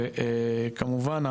וכמובן,